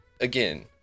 again